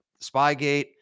spygate